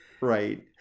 right